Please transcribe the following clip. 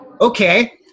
okay